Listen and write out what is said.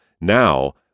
now